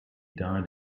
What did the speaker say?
died